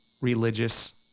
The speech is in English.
religious